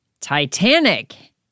Titanic